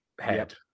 head